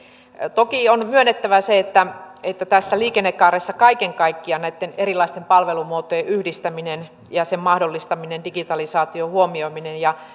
toki on myönnettävä se että että tässä liikennekaaressa kaiken kaikkiaan näitten erilaisten palvelumuotojen yhdistäminen ja niiden mahdollistaminen digitalisaation huomioiminen ja